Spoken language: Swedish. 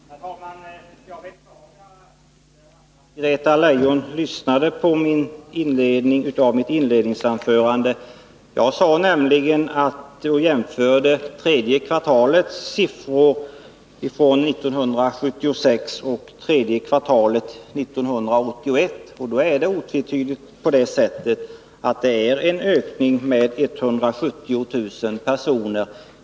Herr talman! Jag beklagar att inte Anna-Greta Leijon lyssnade på inledningen av mitt huvudanförande. Jag jämförde nämligen siffror från tredje kvartalet 1976 och tredje kvartalet 1981. Och det har otvetydigt skett en ökning med 170 000 personer.